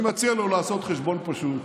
אני מציע לו לעשות חשבון פשוט,